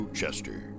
Chester